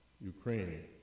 Ukraine